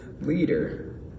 leader